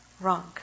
wrong